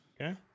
Okay